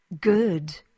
Good